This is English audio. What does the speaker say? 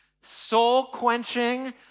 soul-quenching